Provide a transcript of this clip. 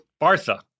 Bartha